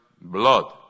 blood